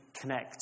connect